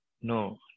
no